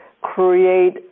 create